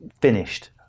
Finished